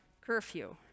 curfew